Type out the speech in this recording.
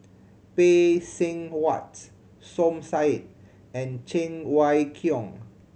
Phay Seng Whatt Som Said and Cheng Wai Keung